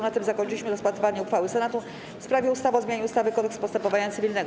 Na tym zakończyliśmy rozpatrywanie uchwały Senatu w sprawie ustawy o zmianie ustawy - Kodeks postępowania cywilnego.